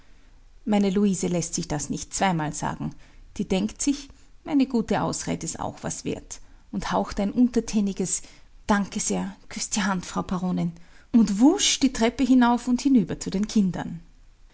meine luise läßt sich das nicht zweimal sagen die denkt sich eine gute ausred ist auch was wert haucht ein untertäniges danke sehr küß d hand frau baronin und wusch die treppe hinauf und hinüber zu den kindern